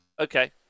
Okay